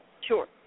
Sure